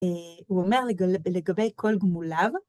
‫הוא אומר לגבי כל גמוליו,